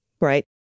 right